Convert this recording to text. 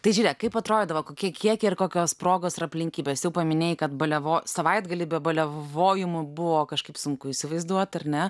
tai žiūrėk kaip atrodydavo kokie kiekiai ir kokios progos ar aplinkybės jau paminėjai kad baliavo savaitgalį be baliavojimų buvo kažkaip sunku įsivaizduot ar ne